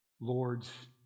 Lord's